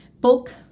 bulk